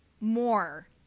more